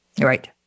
Right